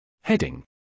Heading